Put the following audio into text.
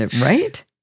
right